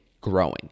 growing